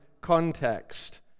context